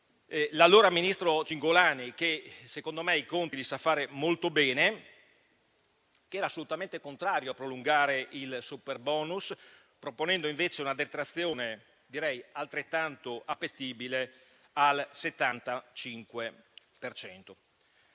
l'allora ministro Cingolani, che secondo me i conti li sa fare molto bene, che era assolutamente contrario a prolungare il superbonus, proponendo invece una detrazione - altrettanto appetibile,